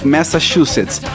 Massachusetts